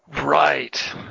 Right